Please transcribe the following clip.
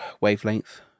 wavelength